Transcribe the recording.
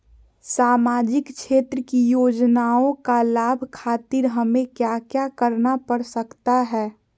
सामाजिक क्षेत्र की योजनाओं का लाभ खातिर हमें क्या क्या करना पड़ सकता है?